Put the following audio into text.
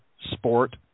sport